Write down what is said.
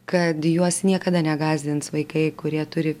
kad juos niekada negąsdins vaikai kurie turi